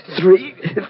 Three